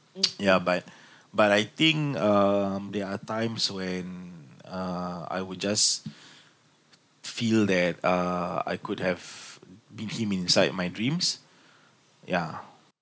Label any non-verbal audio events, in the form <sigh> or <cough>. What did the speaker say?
<noise> ya but <breath> but I think um there are times when uh I would just <breath> feel that uh I could have meet him inside my dreams yeah